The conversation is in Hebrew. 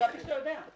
חשבתי שאתה יודע.